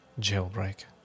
jailbreak